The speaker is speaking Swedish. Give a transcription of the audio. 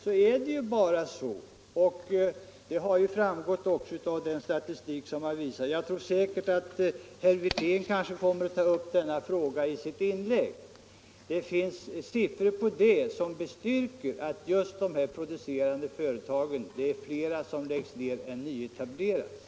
Men det är ju så att det förekommer många nedläggningar, och det har också framgått av statistiken. Herr Wirtén kanske kommer att ta upp den frågan i sitt inlägg. Det finns siffror som styrker att det är flera producerande företag som läggs ned än som nyetableras.